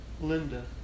Linda